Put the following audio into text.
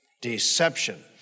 Deception